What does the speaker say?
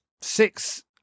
six